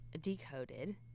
decoded